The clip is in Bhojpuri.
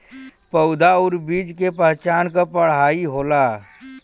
पउधा आउर बीज के पहचान क पढ़ाई होला